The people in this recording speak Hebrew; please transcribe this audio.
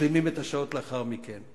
משלימים את השעות לאחר מכן.